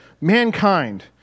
mankind